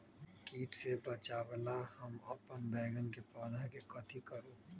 किट से बचावला हम अपन बैंगन के पौधा के कथी करू?